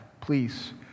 Please